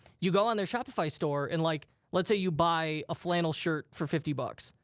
you go on their shopify store and like, let's say you buy a flannel shirt for fifty bucks.